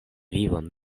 vivon